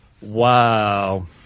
Wow